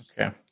okay